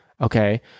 Okay